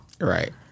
Right